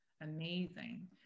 amazing